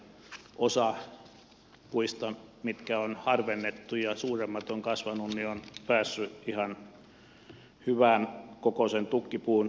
osa puista mitkä on harvennettuja suuremmat on kasvanut ja päässyt ihan hyvänkokoisen tukkipuun ikään